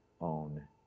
own